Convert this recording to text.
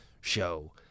show